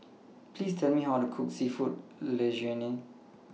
Please Tell Me How to Cook Seafood Linguine